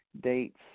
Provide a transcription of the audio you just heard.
dates